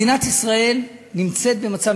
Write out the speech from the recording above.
מדינת ישראל נמצאת במצב,